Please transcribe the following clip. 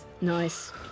Nice